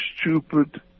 stupid